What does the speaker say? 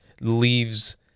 leaves